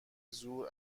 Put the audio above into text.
زور